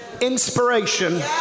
inspiration